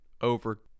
over